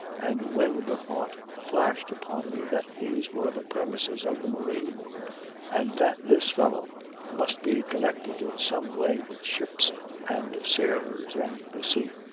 and when the thought flashed upon me that these were the premises of the marine board and that this fellow must be connected in some way with ships and sailors and the sea,